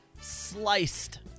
sliced